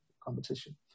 competition